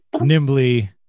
nimbly